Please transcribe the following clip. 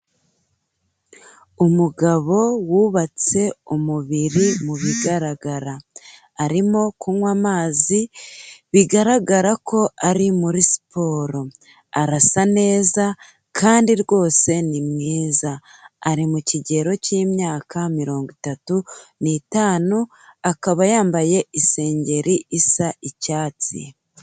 Umugabo wubatse umubiri mu bigaragara, arimo kunywa amazi bigaragara ko ari muri siporo, arasa neza kandi rwose ni mwiza, ari mu kigero cy'imyaka mirongo itatu n'itanu, akaba yambaye isengeri isa icyatsi.